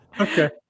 okay